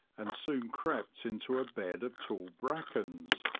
and soon crept into a bed of tall brackens,